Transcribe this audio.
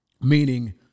meaning